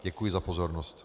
Děkuji za pozornost.